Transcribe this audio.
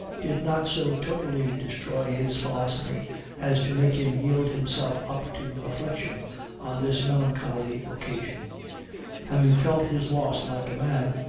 did not so totally destroy his philosophy as to make him yield himself up to affliction on this melancholy occasion having felt his loss like a man,